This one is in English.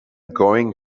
going